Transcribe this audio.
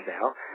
now